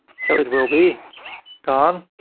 so it will be gone.